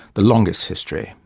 the longest history,